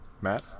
Matt